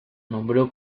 nombró